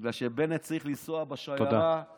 בגלל שבנט צריך לנסוע בשיירה, תודה.